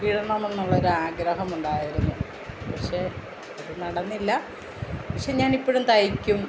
ഇടണമെന്നുള്ളൊരു ആഗ്രഹമുണ്ടായിരുന്നു പക്ഷേ അത് നടന്നില്ല പക്ഷേ ഞാനിപ്പോഴും തയ്ക്കും